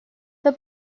the